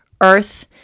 earth